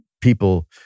people